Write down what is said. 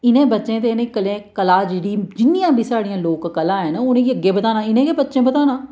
इ'नें बच्चें ते इ'नें कला जेह्ड़ी जिन्नियां बी साढ़ियां लोक कला हैन उनेंगी अग्गे बधाना इ'नें गै बच्चे बधाना